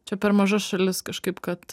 čia per maža šalis kažkaip kad